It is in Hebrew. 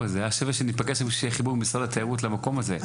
היה שווה שנתכנס לפה רק בשביל להכניס את משרד התיירות אל המקום הזה.